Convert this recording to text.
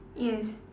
yes